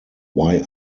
why